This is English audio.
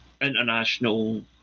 international